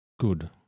good